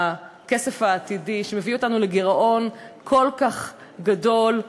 בכסף העתידי, שמביא אותנו לגירעון כל כך גדול,